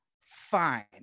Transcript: fine